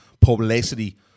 publicity